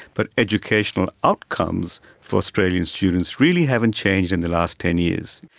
but educational outcomes for australian students really haven't changed in the last ten years.